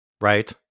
right